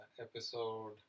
episode